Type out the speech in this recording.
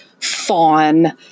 fawn